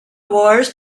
wars